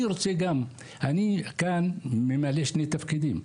אני כאן ממלא שני תפקידים.